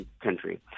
country